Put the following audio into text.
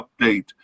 update